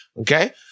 okay